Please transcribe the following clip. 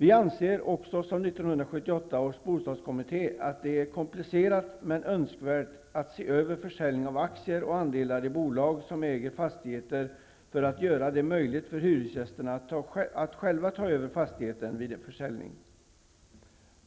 Vi anser också, som 1978 års bostadskommitté, att det är komplicerat, men önskvärt, att se över försäljning av aktier och andelar i bolag som äger fastigheter, för att göra det möjligt för hyresgästerna att själva ta över fastigheten vid en försäljning.